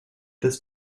this